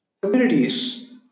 Communities